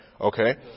Okay